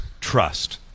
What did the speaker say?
trust